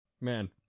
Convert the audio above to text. man